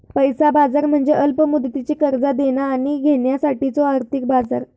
पैसा बाजार म्हणजे अल्प मुदतीची कर्जा देणा आणि घेण्यासाठीचो आर्थिक बाजार